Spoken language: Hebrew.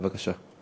בבקשה.